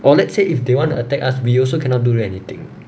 well let's say if they want to attack us we also cannot do anything